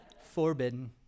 forbidden